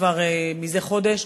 כבר מזה חודש,